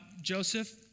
Joseph